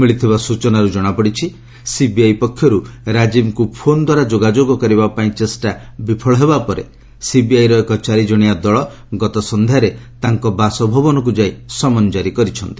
ମିଳିଥିବା ସୂଚନାରୁ ଜଣାପଡ଼ିଛି ସିବିଆଇ ପକ୍ଷରୁ ରାଜୀବ୍ଙ୍କୁ ଫୋନ୍ଦ୍ୱାରା ଯୋଗାଯୋଗ କରିବାପାଇଁ ଚେଷ୍ଟା ବିଫଳ ହେବା ପରେ ସିବିଆଇର ଏକ ଚାରି ଜଣିଆ ଦଳ ଗତ ସନ୍ଧ୍ୟାରେ ତାଙ୍କ ବାସଭବନକୁ ଯାଇ ସମନ୍ ଜାରି କରିଛନ୍ତି